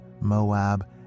Moab